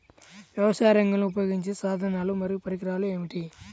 వ్యవసాయరంగంలో ఉపయోగించే సాధనాలు మరియు పరికరాలు ఏమిటీ?